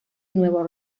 nueva